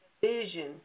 vision